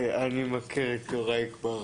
אני מכיר את יוראי כבר